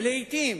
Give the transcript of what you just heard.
ולעתים